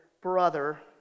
brother